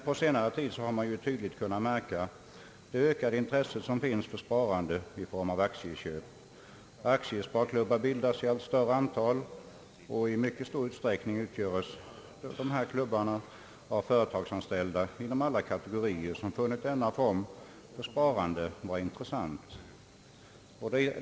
På senare tid har man dock tydligt kunnat märka det ökade intresse som finns för sparande i form av aktieköp. Aktiesparklubbar bildas i allt större antal, och i mycket stor utsträckning utgöres dessa klubbar av företagsanställda inom alla kategorier, vilka har funnit denna form för sparande vara intressant.